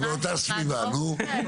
זה באותה סביבה, נו.